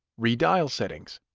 redial settings,